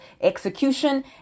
execution